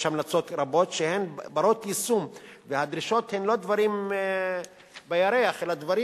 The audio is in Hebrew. יש המלצות רבות שהן בנות-יישום והדרישות הן לא דברים על הירח אלא דברים